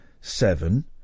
seven